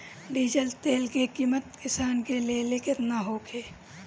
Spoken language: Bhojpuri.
डीजल तेल के किमत किसान के लेल केतना होखे?